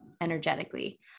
energetically